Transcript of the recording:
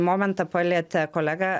momentą palietė kolega